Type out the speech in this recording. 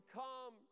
come